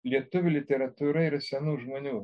lietuvių literatūra yra senų žmonių